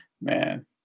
Man